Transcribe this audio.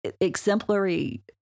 exemplary